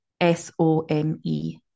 S-O-M-E